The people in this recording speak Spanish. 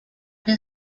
que